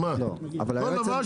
כל דבר,